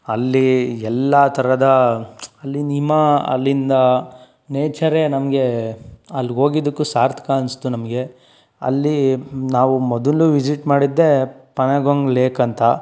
ಅಲ್ಲಿ ಎಲ್ಲ ಥರದ ಅಲ್ಲಿನ ಹಿಮ ಅಲ್ಲಿನ ಆ ನೇಚರೇ ನಮಗೆ ಅಲ್ಲಿಗೆ ಹೋಗಿದ್ದಕ್ಕೂ ಸಾರ್ಥಕ ಅನ್ನಿಸ್ತು ನಮಗೆ ಅಲ್ಲಿ ನಾವು ಮೊದಲು ವಿಸಿಟ್ ಮಾಡಿದ್ದೆ ಪನಗೊಂಗ್ ಲೇಕ್ ಅಂತ